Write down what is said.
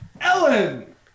Ellen